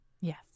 Yes